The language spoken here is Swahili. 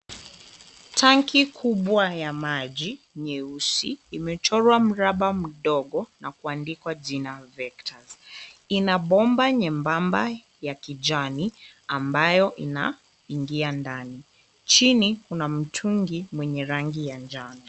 Tangi kubwa la maji nyeusi imechorwa mraba mdogo na kuandikwa jina VECTUS . Ina bomba nyembamba la kijani ambayo inaingia ndani, chini kuna mtungi mwenye rangi ya njano.